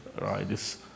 right